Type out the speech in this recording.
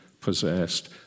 possessed